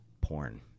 porn